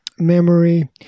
memory